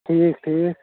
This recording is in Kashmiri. ٹھیک ٹھیک